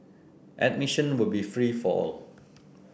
admission will be free for all